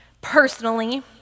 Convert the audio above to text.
personally